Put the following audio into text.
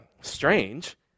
strange